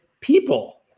people